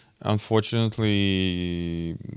Unfortunately